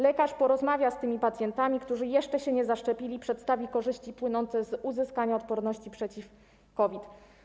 Lekarz porozmawia z tymi pacjentami, którzy jeszcze się nie zaszczepili, przedstawi korzyści płynące z uzyskania odporności przeciw COVID.